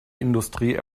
industrie